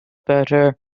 better